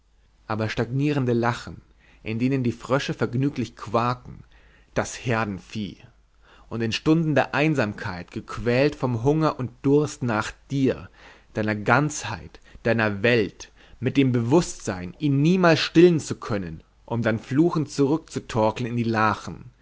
aber stagnierende lachen in denen die frösche vergnüglich quaken das herdenvieh und in stunden der einsamkeit gequält vom hunger und durst nach dir deiner ganzheit deiner welt mit dem bewußtsein ihn niemals stillen zu können um dann fluchend zurückzutorkeln in die lachen